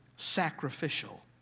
sacrificial